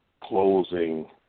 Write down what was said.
closing